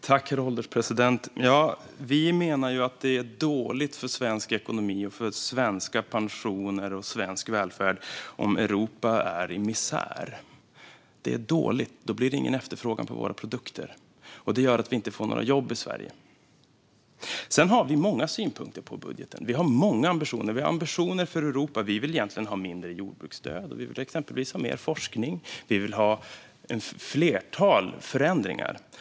Herr ålderspresident! Vi menar att det är dåligt för svensk ekonomi, för svenska pensioner och för svensk välfärd om Europa är i misär. Det är dåligt. Då blir det ingen efterfrågan på våra produkter. Det gör att vi inte får några jobb i Sverige. Sedan har vi många synpunkter på budgeten. Vi har många ambitioner. Vi har ambitioner för Europa. Vi vill egentligen ha mindre jordbruksstöd, och vi vill exempelvis ha mer forskning. Vi vill ha ett flertal förändringar.